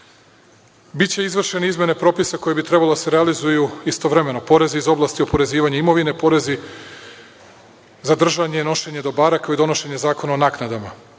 izvršene izmene propisa koje bi trebalo da se realizuju istovremeno: porezi iz oblasti oporezivanja imovine, porezi za držanje i nošenje dobara, kao i donošenje zakona o naknadama.